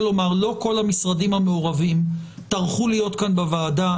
לומר לא כל המשרדים המעורבים טרחו להיות כאן בוועדה.